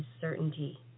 certainty